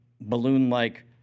balloon-like